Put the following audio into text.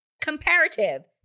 comparative